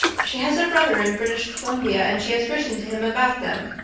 she has a brother in british columbia and she has written to him about them,